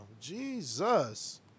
Jesus